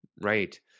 Right